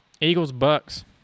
Eagles-Bucks